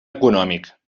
econòmic